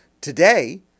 Today